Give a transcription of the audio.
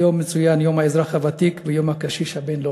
היום מצוין יום האזרח הוותיק ויום הקשיש הבין-לאומי.